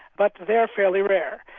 but they're fairly rare,